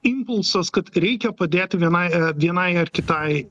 impulsas kad reikia padėti vienai vienai ar kitai